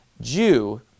Jew